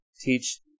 teach